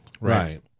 Right